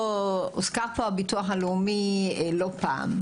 הביטוח הלאומי הוזכר פה לא פעם,